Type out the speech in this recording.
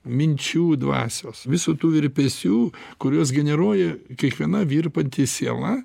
minčių dvasios visų tų virpesių kuriuos generuoja kiekviena virpanti siela